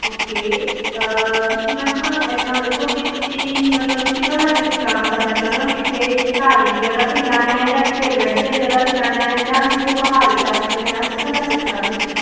okay ਤੁਸੀਂ ma'am ਇੱਦਾਂ ਦੱਸੋ ਕਿ ਤੁਸੀਂ ਮਤਲਬ ਕਿੱਦਾਂ ਦਾ ਟ੍ਰਿਪ ਪਲਾਨ ਕਰਨਾ ਚਾਹੁੰਦੇ ਹੋ ਕਿਸੇ ਧਾਰਮਿਕ ਜਗ੍ਹਾ 'ਤੇ ਜਾਣਾ ਹੈ ਜਾਂ ਕਿਸੇ ਐਡਵੈਂਚਰ ਜਗ੍ਹਾ 'ਤੇ ਜਾਣਾ ਜਾਂ ਕਿਸੇ ਪਹਾੜੀ ਇਲਾਕੇ 'ਤੇ ਜਾਣਾ ਕਿੱਦਾਂ ਦਾ ਟ੍ਰਿਪ ਚਾਹੁੰਦੇ ਹੋ ਤੁਸੀਂ